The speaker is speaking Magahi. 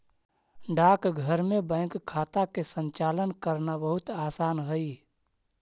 डाकघर में बैंक खाता के संचालन करना बहुत आसान हइ